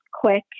quick